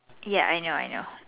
ya I know I know